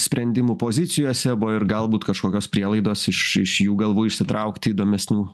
sprendimų pozicijose buvo ir galbūt kažkokios prielaidos iš iš jų galvų išsitraukti įdomesnių